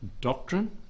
doctrine